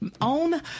own